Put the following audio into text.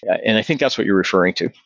and i think that's what you're referring to.